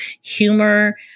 humor